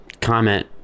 comment